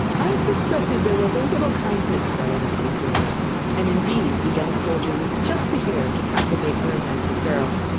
i suspected there was a little kindness growing up between them and, indeed, the young soldier was just the hero to captivate a romantic girl.